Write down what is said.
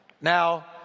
Now